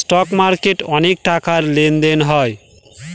stock মার্কেটে অনেক টাকার লেনদেন হয়